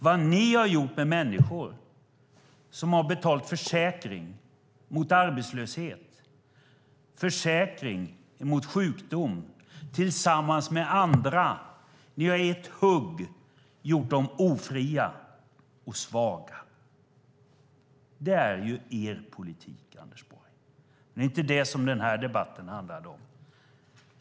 Vad ni har gjort med människor som har betalat försäkring mot arbetslöshet och försäkring mot sjukdom, tillsammans med andra, är att ni i ett hugg har gjort dem ofria och svaga. Det är er politik, Anders Borg. Men det är inte det som den här debatten handlar om.